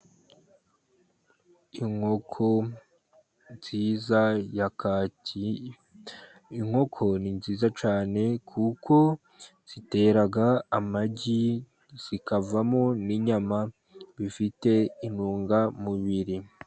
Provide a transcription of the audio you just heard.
Inkoko nziza ya Kaki ,inkoko ni nziza cyane, kuko zitera amagi, zikavamo n'inyama bifite intungamubiri